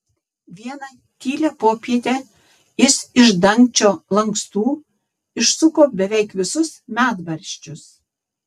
vieną tylią popietę jis iš dangčio lankstų išsuko beveik visus medvaržčius